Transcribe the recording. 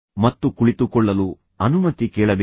ಮತ್ತು ಕುಳಿತುಕೊಳ್ಳಲು ಅನುಮತಿ ಕೇಳಬೇಕು